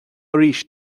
arís